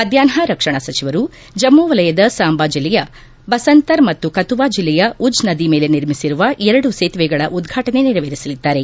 ಮಧ್ವಾಷ್ನ ರಕ್ಷಣಾ ಸಚಿವರು ಜಮ್ನು ವಲಯದ ಸಾಂಬಾ ಜಿಲ್ಲೆಯ ಬಸಂತರ್ ಮತ್ತು ಕತುವಾ ಜಿಲ್ಲೆಯ ಉಜ್ ನದಿ ಮೇಲೆ ನಿರ್ಮಿಸಿರುವ ಎರಡು ಸೇತುವೆಗಳ ಉದ್ವಾಟನೆ ನೆರವೇರಿಸಲಿದ್ದಾರೆ